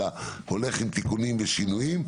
אלא הולך עם תיקונים ושינויים,